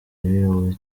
y’uyu